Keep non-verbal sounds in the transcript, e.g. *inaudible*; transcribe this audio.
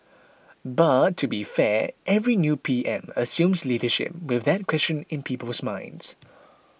*noise* but to be fair every new P M assumes leadership with that question in people's minds